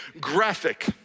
graphic